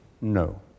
no